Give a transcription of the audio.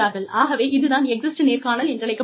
ஆகவே இது தான் எக்ஸிட் நேர்காணல் என்றழைக்கப்படுகிறது